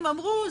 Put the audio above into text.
אמרו,